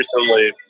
recently